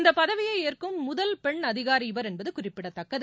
இந்தப்பதவியை ஏற்கும் முதல் பெண் அதிகாரி இவர் என்பது குறிப்பிடத்தக்கது